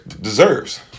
deserves